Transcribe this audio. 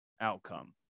outcome